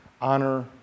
honor